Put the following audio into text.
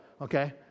okay